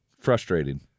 frustrating